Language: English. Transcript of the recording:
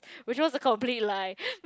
which was a complete lie